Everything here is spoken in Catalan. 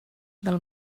del